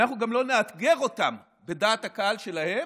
אנחנו גם לא נאתגר אותם בדעת הקהל שלהם,